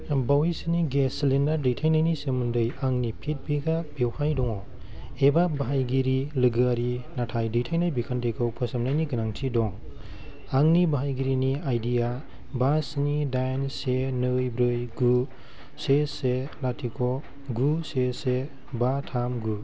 बावैसोनि gas cylinder दैथायनायनि सोमोन्दै आंनि फिडबेक आ बेवहाय दङ एबा बाहायगिरि लोगोआरि नाथाय दैथायनाय बिखान्थिखौ फोसाबनायनि गोनांथि दं आंनि बाहायगिरिनि आइडि या बा स्नि दाइन से नै ब्रै गु से से लाथिख' गु से से बा थाम गु